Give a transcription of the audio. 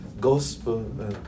gospel